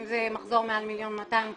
אם זה מחזור מעל מיליון ו-200,000 שקלים